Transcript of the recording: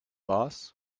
boss